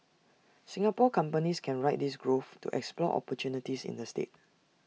Singapore companies can ride this growth to explore opportunities in the state